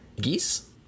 geese